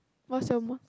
what's your most